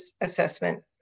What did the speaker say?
assessment